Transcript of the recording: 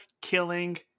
killing